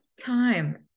time